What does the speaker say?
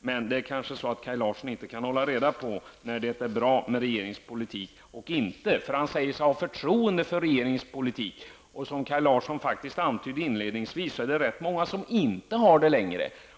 men Kaj Larsson kan kanske inte hålla reda på när det är bra med regeringspolitik och när det inte är bra. Kaj Larsson säger sig ha förtroende för regeringens politik. Som han antydde inledningsvis är det rätt många som inte längre har det.